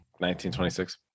1926